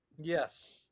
Yes